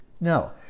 No